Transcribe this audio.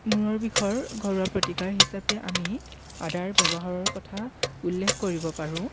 মূৰৰ বিষৰ ঘৰুৱা প্ৰতিকাৰ হিচাপে আমি আদাৰ ব্যৱহাৰৰ কথা উল্লেখ কৰিব পাৰোঁ